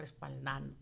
respaldando